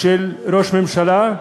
ראש ממשלה,